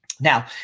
Now